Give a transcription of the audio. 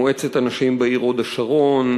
מועצת הנשים בעיר הוד-השרון,